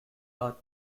are